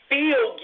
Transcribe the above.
feel